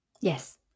Yes